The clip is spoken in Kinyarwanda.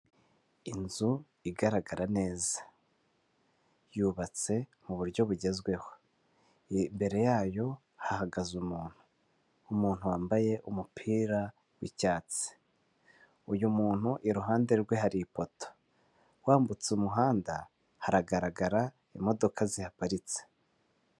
Inzu igaragara neza yubatse mu buryo bugezweho imbere yayo hahagaze umuntu , umuntu wambaye umupira w'icyatsi uyu muntu iruhande rwe hari ipoto wambutse umuhanda haragaragara imodoka ziparitse .